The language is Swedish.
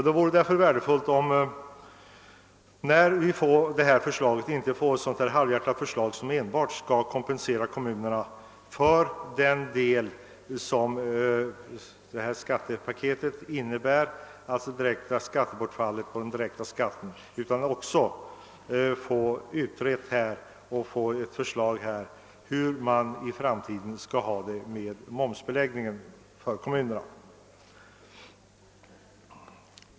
Det vore därför värdefullt att försla get när det föreligger inte blir halvhjärtat så att det enbart skall kompensera kommunerna för den del som skattepaketet innebär, d.v.s. skattebortfallet på den direkta skatten. Förslaget bör innehålla riktlinjer för hur man i framtiden skall ha det med momsen för kommunerna.